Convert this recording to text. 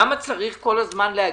למה צריך כל הזמן להגיד: